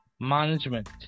Management